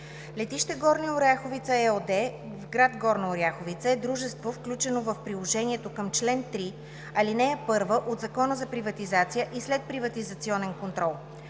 „Летище Горна Оряховица“ ЕООД в град Горна Оряховица e дружество, включено в Приложението към чл. 3, ал. 1 от Закона за приватизация и следприватизационен контрол.